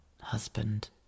husband